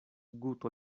guto